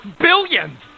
billions